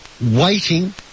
waiting